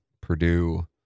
Purdue